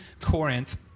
Corinth